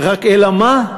אלא מה?